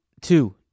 two